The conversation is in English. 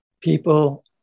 people